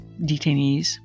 detainees